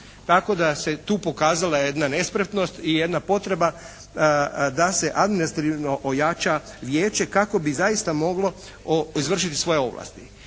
tako da se tu pokazala jedna nespretnost i jedna potreba da se administrativno ojača vijeće kako bi zaista moglo izvršiti svoje ovlasti.